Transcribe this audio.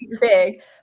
big